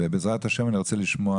ובעזרת השם, אני רוצה לשמוע